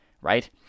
right